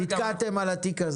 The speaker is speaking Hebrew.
נתקעתם על התיק.